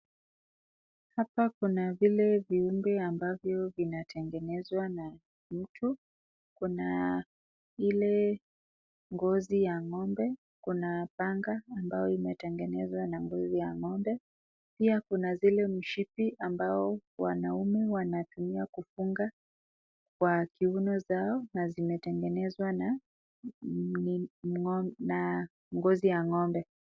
Viungo ambavyo vianatengenezwa na mtu, ngozi ya Ng'ombe, panga ambayo imetengezwa na hii ngozi na pia mishipi ambayo wanaume wanatumia kufunga kwa kiuno zao na zimetengenezwa na hii ngozi ya ngombe.